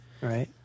Right